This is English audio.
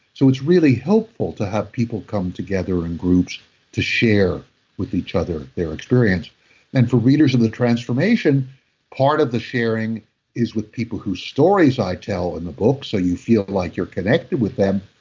so, it's really helpful to have people come together in groups to share with each other their experience and for readers in the transformation part of the sharing is with people who stories i tell in the book so you feel like you're connected with them.